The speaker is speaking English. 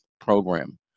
program